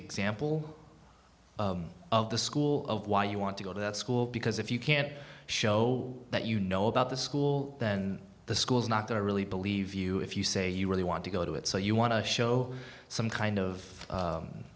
example of the school of why you want to go to that school because if you can't show that you know about the school then the schools not that i really believe you if you say you really want to go do it so you want to show some kind of